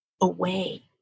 away